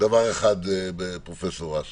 דבר אחד בפרופ' אש